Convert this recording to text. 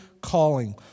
calling